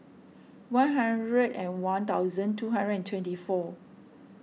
one hundred and one thousand two hundred and twenty four